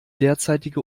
derzeitige